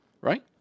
Right